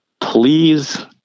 Please